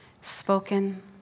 spoken